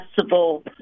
accessible